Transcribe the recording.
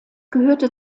gehörte